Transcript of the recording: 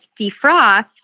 defrost